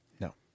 No